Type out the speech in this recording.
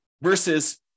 versus